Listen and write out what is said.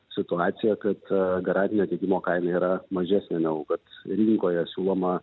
situacija kad garantinio tiekimo kaina yra mažesnė negu kad rinkoje siūloma